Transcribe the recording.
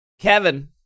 Kevin